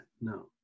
no